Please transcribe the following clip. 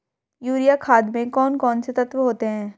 Urea खाद में कौन कौन से तत्व होते हैं?